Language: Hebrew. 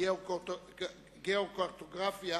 "גיאוקרטוגרפיה"